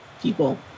people